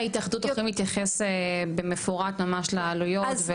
ההתאחדות תתייחס לנושא הזה במפורט כולל עלויות.